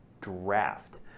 Draft